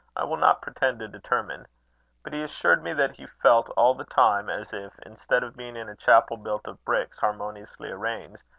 i will not pretend to determine but he assured me that he felt all the time, as if, instead of being in a chapel built of bricks harmoniously arranged,